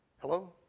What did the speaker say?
Hello